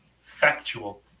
Factual